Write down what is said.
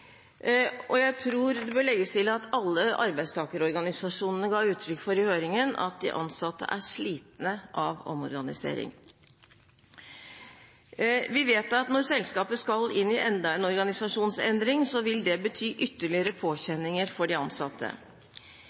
usikkerhet. Jeg tror det bør legges til at alle arbeidstakerorganisasjonene i høringen ga uttrykk for at de ansatte er slitne av omorganisering. Vi vet at når selskapet skal inn i enda en organisasjonsendring, vil det bety ytterligere påkjenninger for de ansatte.